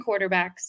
quarterbacks